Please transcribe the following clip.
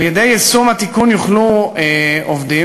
על-ידי יישום התיקון יוכלו עובדים,